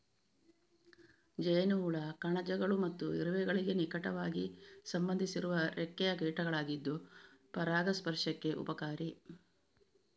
ಜೇನುಹುಳ ಕಣಜಗಳು ಮತ್ತು ಇರುವೆಗಳಿಗೆ ನಿಕಟವಾಗಿ ಸಂಬಂಧಿಸಿರುವ ರೆಕ್ಕೆಯ ಕೀಟಗಳಾಗಿದ್ದು ಪರಾಗಸ್ಪರ್ಶಕ್ಕೆ ಉಪಕಾರಿ